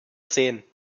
sehen